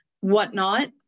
whatnot